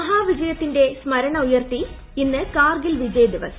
മഹാവിജയത്തിന്റെ സ്മരണ ഉയർത്തി ഇന്ന് കാർഗിൽ വിജയ് ദിവസ്